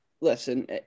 listen